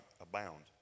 abound